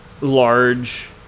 large